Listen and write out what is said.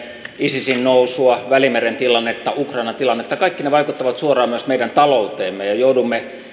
isisin nousua välimeren tilannetta ukrainan tilannetta kaikki ne vaikuttavat suoraan myös meidän talouteemme ja joudumme